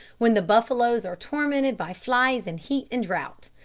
when the buffaloes are tormented by flies, and heat, and drought.